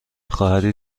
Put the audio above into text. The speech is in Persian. خواهری